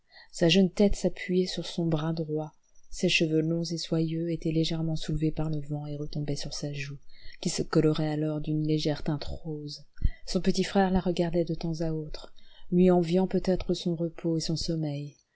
sa jeune tête s'appuyait sur son bras droit ses cheveux longs et soyeux étaient légèrement soulevés par le vent et retombaient sur sa joue qui se colorait alors d'une légère teinte rose son petit frère la regardait de temps à autre lui enviant peut-être son repos et son sommeil